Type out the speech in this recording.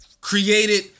created